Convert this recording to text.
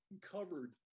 covered